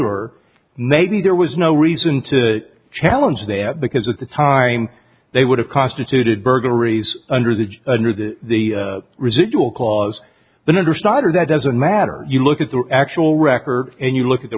or maybe there was no reason to challenge there because at the time they would have constituted burglaries under the age of the residual cause the number started out doesn't matter you look at the actual record and you look at the